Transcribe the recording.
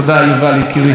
משהו אחר לגמרי.